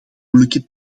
moeilijke